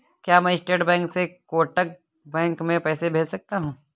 क्या मैं state bank से कोटक बैंक में पैसे भेज सकता हूँ?